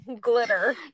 glitter